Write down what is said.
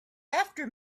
after